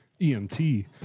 EMT